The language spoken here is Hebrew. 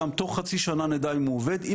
גם תוך חצי שנה נדע אם הוא עובד,